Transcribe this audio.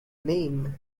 name